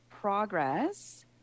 progress